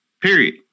Period